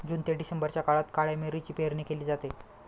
जून ते डिसेंबरच्या काळात काळ्या मिरीची पेरणी केली जाते